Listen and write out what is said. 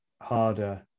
harder